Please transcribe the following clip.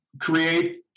create